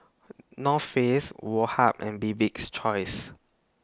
North Face Woh Hup and Bibik's Choice